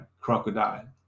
crocodile